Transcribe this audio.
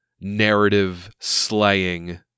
narrative-slaying